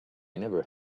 never